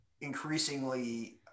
increasingly